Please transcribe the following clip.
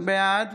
בעד